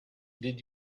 did